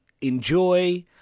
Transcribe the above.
enjoy